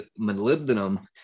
molybdenum